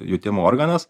jutimo organas